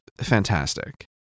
fantastic